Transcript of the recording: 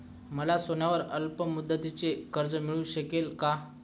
मला सोन्यावर अल्पमुदतीचे कर्ज मिळू शकेल का?